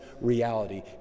reality